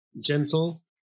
gentle